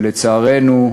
לצערנו,